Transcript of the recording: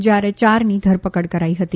જ્યારે યારની ધરપકડ કરાઈ હતી